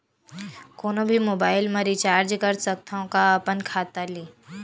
कोनो भी मोबाइल मा रिचार्ज कर सकथव का अपन खाता ले?